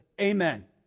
amen